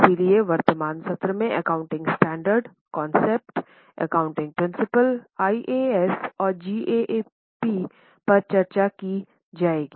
इसलिए वर्तमान सत्र में accounting standard concept accounting principle IAS और GAAP पर चर्चा की जाएगी